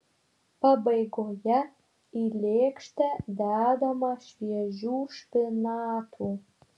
pabaigoje į lėkštę dedama šviežių špinatų